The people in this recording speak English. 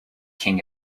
king